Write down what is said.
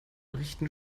rechten